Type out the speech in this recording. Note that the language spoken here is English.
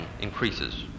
increases